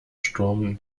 sturm